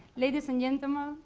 ladies and gentlemen,